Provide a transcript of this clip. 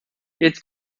jetzt